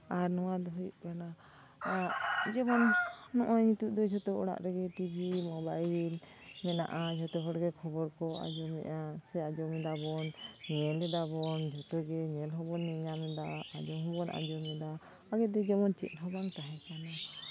ᱟᱨ ᱱᱚᱣᱟ ᱫᱚ ᱦᱩᱭᱩᱜ ᱠᱟᱱᱟ ᱡᱮᱢᱚᱱ ᱱᱚᱜᱼᱚᱭ ᱱᱤᱛᱳᱜ ᱫᱚ ᱡᱷᱚᱛᱚ ᱚᱲᱟᱜ ᱨᱮᱜᱮ ᱴᱤᱵᱷᱤ ᱢᱳᱵᱟᱭᱤᱞ ᱢᱮᱱᱟᱜᱼᱟ ᱡᱷᱚᱛᱚ ᱦᱚᱲᱜᱮ ᱠᱷᱚᱵᱚᱨ ᱠᱚ ᱟᱸᱡᱚᱢ ᱮᱫᱼᱟ ᱥᱮ ᱟᱸᱡᱚᱢ ᱮᱫᱟᱵᱚᱱ ᱧᱮᱞ ᱮᱫᱟᱵᱚᱱ ᱡᱷᱚᱛᱚ ᱜᱮ ᱧᱮᱞ ᱦᱚᱵᱚᱱ ᱧᱮᱧᱟᱢ ᱮᱫᱟ ᱟᱸᱡᱚᱢ ᱦᱚᱱᱵᱚᱱ ᱟᱸᱡᱚᱢ ᱮᱫᱟ ᱟᱵᱚ ᱫᱚ ᱡᱮᱢᱚᱱ ᱪᱮᱫ ᱦᱚᱸ ᱵᱟᱝ ᱛᱟᱦᱮᱸ ᱠᱟᱱᱟ